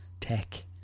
tech